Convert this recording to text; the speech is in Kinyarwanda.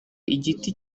igiti